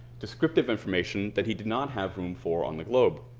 descriptive information that he did not have room for on the globe.